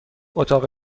اتاق